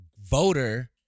voter